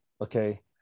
Okay